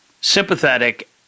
sympathetic